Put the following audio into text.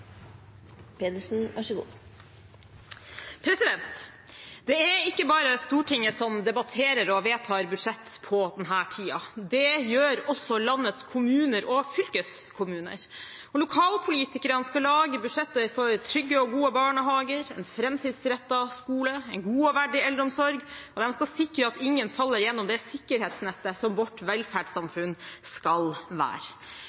vedtar budsjett på denne tiden. Det gjør også landets kommuner og fylkeskommuner. Lokalpolitikerne skal lage budsjett for trygge og gode barnehager, en framtidsrettet skole, en god og verdig eldreomsorg, og de skal sikre at ingen faller gjennom det sikkerhetsnettet som vårt velferdssamfunn skal være.